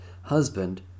Husband